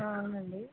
ఆ అవునండి